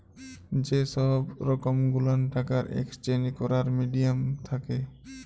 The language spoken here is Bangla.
যে সহব রকম গুলান টাকার একেসচেঞ্জ ক্যরার মিডিয়াম থ্যাকে